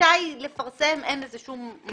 רשאי לפרסם, אין לזה שום משמעות.